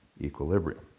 equilibrium